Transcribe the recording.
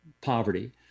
poverty